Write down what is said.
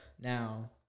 now